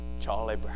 Charlie